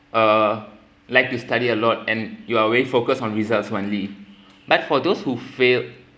uh like to study a lot and you are very focused on results only but for those who failed